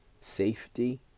safety